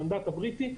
המנדט הבריטי,